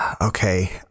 okay